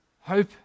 hope